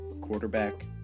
quarterback